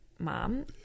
Mom